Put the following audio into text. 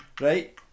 right